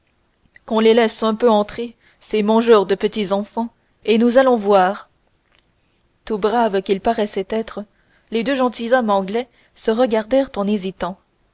qu'on les laisse un peu entrer ces mangeurs de petits enfants et nous allons voir tout braves qu'ils paraissaient être les deux gentilshommes anglais se regardèrent en hésitant